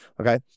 okay